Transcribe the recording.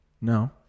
no